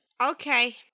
Okay